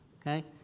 Okay